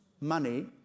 money